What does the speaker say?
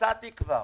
מצאתי כבר.